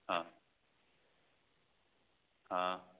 हँ हँ